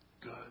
good